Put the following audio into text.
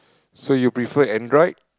so you prefer Android